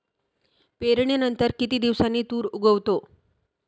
पेरणीनंतर किती दिवसांनी तूर उगवतो?